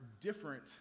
different